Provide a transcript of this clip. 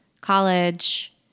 college